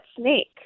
snake